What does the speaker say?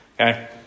Okay